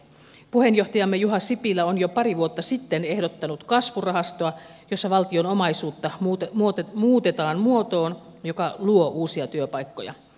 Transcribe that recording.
puheenjohtajamme juha sipilä on jo pari vuotta sitten ehdottanut kasvurahastoa jossa valtion omaisuutta muutetaan muotoon joka luo uusia työpaikkoja